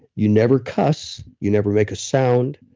you never cuss, you never make a sound.